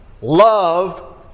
love